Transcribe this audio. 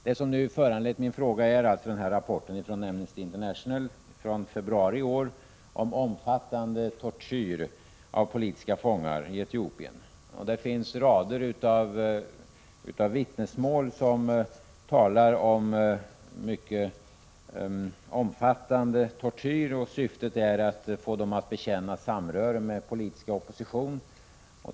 Det som nu föranlett min fråga är alltså rapporten från Amnesty International från februari i år om omfattande tortyr av politiska fångar i Etiopien. Det finns rader av vittnesmål som talar om mycket omfattande tortyr, och syftet är att få fångarna att bekänna samröre med politisk opposition.